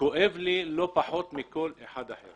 כואב לי לא פחות מכל אחד אחר